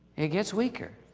it gets weaker